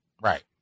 Right